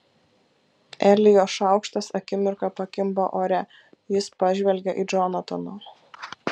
elijo šaukštas akimirką pakimba ore jis pažvelgia į džonataną